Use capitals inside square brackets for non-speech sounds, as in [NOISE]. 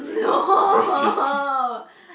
no [LAUGHS]